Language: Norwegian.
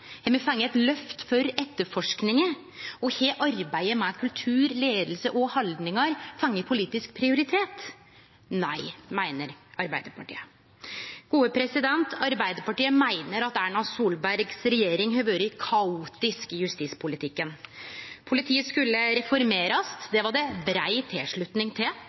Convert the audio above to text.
Har me fått eit løft for etterforskinga? Har arbeidet med kultur, leiing og haldningar fått politisk prioritet? Nei, meiner Arbeidarpartiet. Arbeidarpartiet meiner at Erna Solbergs regjering har vore kaotisk i justispolitikken. Politiet skulle reformerast – det var det brei tilslutning til.